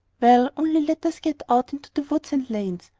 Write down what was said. well, only let us get out into the woods and lanes,